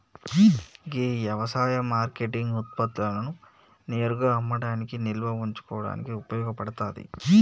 గీ యవసాయ మార్కేటింగ్ ఉత్పత్తులను నేరుగా అమ్మడానికి నిల్వ ఉంచుకోడానికి ఉపయోగ పడతాది